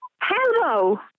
Hello